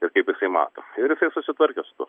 ir kaip jisai mato ir susitvarkė su tuo